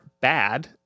bad